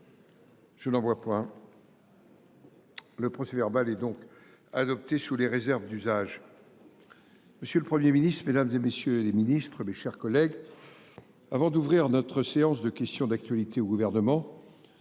Je n'en vois pas. Le procès verbal est donc adopté sous les réserves d'usage. Monsieur le Premier ministre, mesdames et messieurs les ministres, mes chers collègues, avant d'ouvrir notre séance de questions d'actualité au gouvernement,